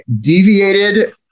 deviated